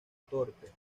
torpe